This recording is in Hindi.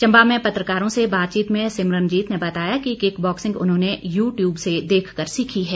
चम्बा में पत्रकारों से बातचीत में सिमरनजीत ने बताया कि किक बॉक्सिंग उन्होंने यू टयूब से देखकर सीखी है